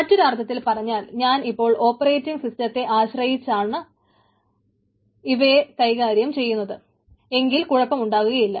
മറ്റൊരു അർത്ഥത്തിൽ പറഞ്ഞാൽ ഞാൻ ഇപ്പോൾ ഓപ്പറെറ്റിങ്ങ് സിസ്റ്റത്തെ ആശ്രയിച്ച് നിന്നിട്ടാണ് ഇവയെ കൈകാര്യം ചെയ്യുന്നത് എങ്കിൽ കുഴപ്പം ഉണ്ടാകുകയില്ല